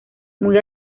muy